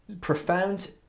profound